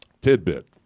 tidbit